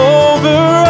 over